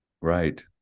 Right